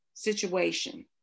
situation